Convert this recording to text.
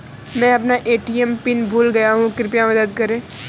मैं अपना ATM PIN भूल गया हूँ, कृपया मदद करें